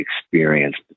experienced